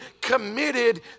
committed